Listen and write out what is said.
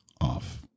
off